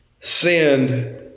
sinned